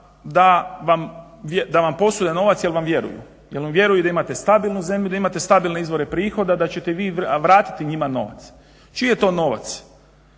da vam posude novac jer vam vjeruju jel vam vjeruju da imate stabilnu zemlju i da imate stabilne izvore prihoda i da ćete vi vratiti njima novac. Čiji je to novac